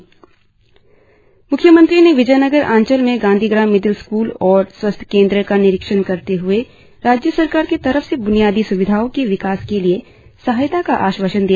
म्ख्यमंत्री ने विजयनगर अंचल के गांधी ग्राम मीडिल स्कूल और स्वास्थ्य केंद्र का निरीक्षण करते हुए राज्य सरकार की तरफ से ब्नियादी स्विधाओं के विकास के लिए सहायता का आश्वासन दिया